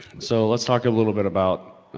so let's talk a little bit about